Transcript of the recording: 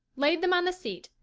laid them on the seat,